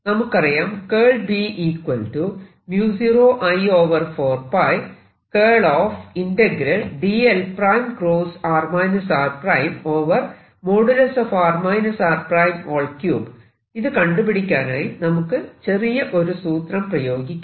നമുക്കറിയാം ഇത് കണ്ടുപിടിക്കാനായി നമുക്ക് ചെറിയ ഒരു സൂത്രം പ്രയോഗിക്കാം